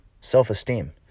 Self-esteem